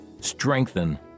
strengthen